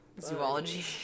Zoology